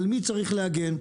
על מי צריך להגן.